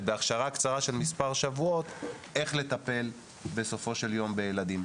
בהכשרה קצרה של מספר שבועות איך לטפל בסופו של יום בילדים.